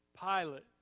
Pilate